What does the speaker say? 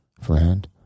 friend